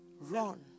Run